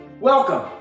Welcome